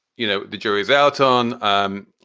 you know, the jury's out on. um